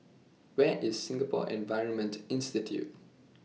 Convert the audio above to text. Where IS Singapore Environment Institute